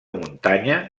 muntanya